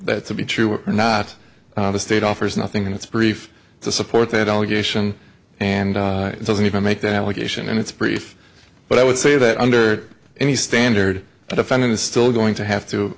that to be true or not the state offers nothing in its brief to support that allegation and it doesn't even make that allegation and it's brief but i would say that under any standard the defendant is still going to have to